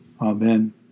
Amen